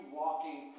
walking